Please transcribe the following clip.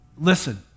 Listen